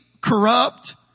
corrupt